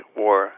war